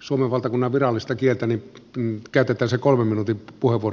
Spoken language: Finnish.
suomen valtakunnan virallista kieltä ne mitkä totesi kolmen minuutin iloa